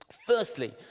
Firstly